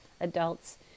adults